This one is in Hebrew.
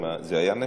זה היה נפל?